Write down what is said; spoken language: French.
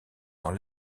dans